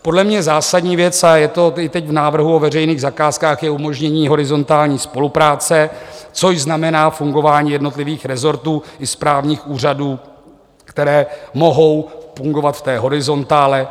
Podle mě zásadní věc, a je to i teď v návrhu o veřejných zakázkách, je umožnění horizontální spolupráce, což znamená fungování jednotlivých resortů i správních úřadů, které mohou fungovat v té horizontále.